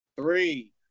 Three